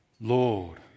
Lord